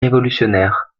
révolutionnaire